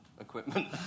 equipment